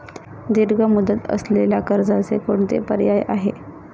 दीर्घ मुदत असलेल्या कर्जाचे कोणते पर्याय आहे?